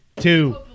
two